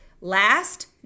Last